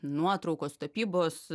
nuotraukos tapybos